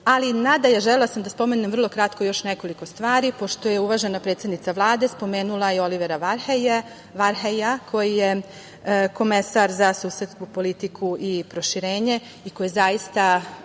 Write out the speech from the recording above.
razumeli. Želela sam da spomenem vrlo kratko još nekoliko stvari, pošto je uvažena predsednica Vlade spomenula i Olivera Varheja, koji je komesar za susedsku politiku i proširenje i koji je zaista